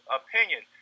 opinion